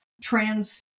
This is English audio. trans